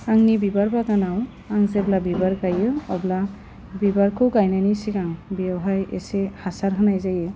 आंनि बिबार बागानाव आं जेब्ला बिबार गायो अब्ला बिबारखौ गायनायनि सिगां बियावहाय एसे हासार होनाय जायो